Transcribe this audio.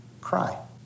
cry